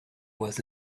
was